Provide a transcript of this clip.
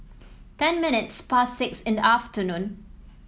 ten minutes past six in the afternoon